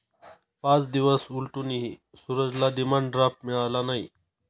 पाच दिवस उलटूनही सूरजला डिमांड ड्राफ्ट मिळाला नाही